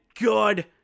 good